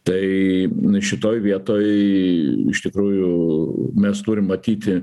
tai šitoj vietoj iš tikrųjų mes turim matyti